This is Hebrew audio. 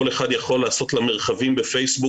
כל אחד יכול לעשות "למרחבים" בפייסבוק